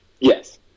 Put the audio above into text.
Yes